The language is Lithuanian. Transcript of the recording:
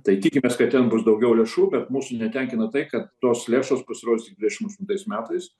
tai tikimės kad ten bus daugiau lėšų bet mūsų netenkina tai kad tos lėšos pasirodys tik dvidešimt aštuntais metais